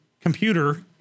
computer